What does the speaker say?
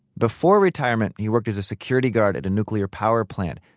before retirement, he worked as a security guard at a nuclear power plant,